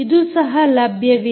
ಇದು ಸಹ ಲಭ್ಯವಿದೆ